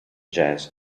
jazz